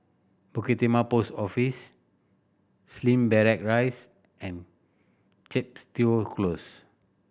Bukit Timah Post Office Slim Barrack Rise and Chepstow Close